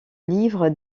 livre